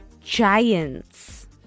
giants